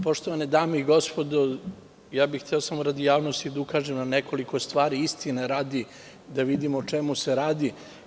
Poštovane dame i gospodo, hteo bih samo radi javnosti da ukažem na nekoliko stvari, istine radi, da vidimo o čemu se radi.